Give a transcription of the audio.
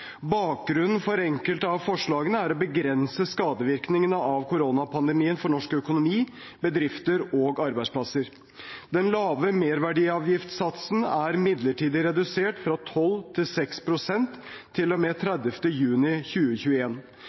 Bakgrunnen for enkelte av forslagene er å begrense skadevirkningene av koronapandemien for norsk økonomi, bedrifter og arbeidsplasser. Den lave merverdiavgiftssatsen er midlertidig redusert fra 12 pst. til 6 pst. til og med 30. juni